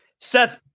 seth